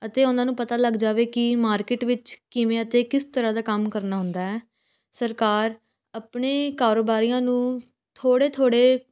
ਅਤੇ ਉਨਾਂ ਨੂੰ ਪਤਾ ਲੱਗ ਜਾਵੇ ਕਿ ਮਾਰਕਿਟ ਵਿੱਚ ਕਿਵੇਂ ਅਤੇ ਕਿਸ ਤਰ੍ਹਾਂ ਦਾ ਕੰਮ ਕਰਨਾ ਹੁੰਦਾ ਹੈ ਸਰਕਾਰ ਆਪਣੇ ਕਾਰੋਬਾਰੀਆਂ ਨੂੰ ਥੋੜ੍ਹੇ ਥੋੜ੍ਹੇ